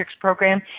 program